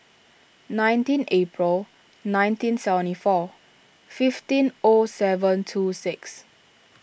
nineteen April nineteen seventy four fifteen O seven two six